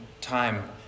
time